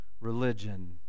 religion